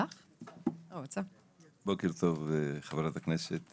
בוקר טוב חברת הכנסת